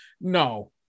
no